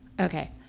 Okay